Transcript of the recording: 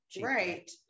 right